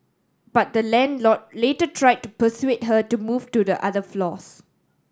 but the landlord later tried to persuade her to move to the other floors